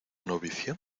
novicia